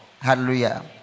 hallelujah